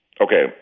Okay